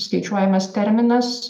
skaičiuojamas terminas